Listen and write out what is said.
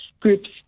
groups